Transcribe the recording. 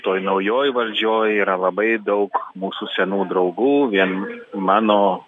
toj naujoj valdžioj yra labai daug mūsų senų draugų vien mano